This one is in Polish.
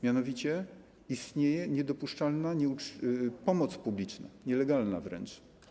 Mianowicie istnieje niedopuszczalna pomoc publiczna, nielegalna wręcz.